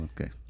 Okay